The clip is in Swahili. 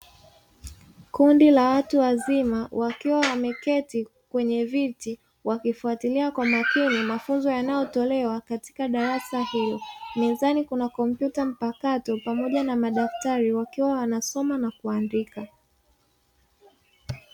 Kundi la watu wazima, wakiwa wameketi kwenye viti wakifuatilia kwa makini mafunzo yanayotolewa katika darasa hilo. Mezani kuna kompyuta mpakato pamoja na madaftari, wakiwa wanasoma na kuandika.